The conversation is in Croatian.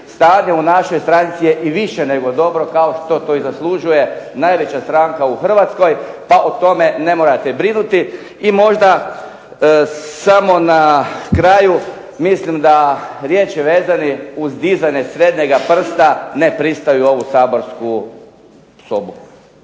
stanje u našoj stranci je i više nego dobro, kao što to i zaslužuje najveća stranka u Hrvatskoj pa o tome ne morate brinuti. I možda samo na kraju, mislim da riječi vezani uz dizanje srednjega prsta ne pristaju u ovu saborsku sobu.